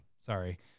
sorry